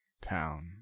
town